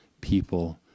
people